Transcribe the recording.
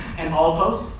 and all opposed?